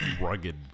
rugged